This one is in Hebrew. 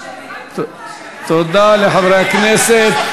תודה לחברי הכנסת.